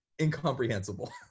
incomprehensible